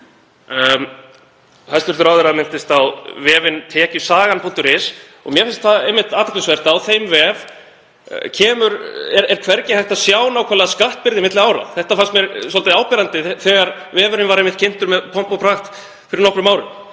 Hæstv. ráðherra minntist á vefinn tekjusagan.is og mér fannst einmitt athyglisvert að á þeim vef er hvergi hægt að sjá nákvæmlega skattbyrði milli ára. Þetta fannst mér svolítið áberandi þegar vefurinn var kynntur með pompi og prakt fyrir nokkrum árum.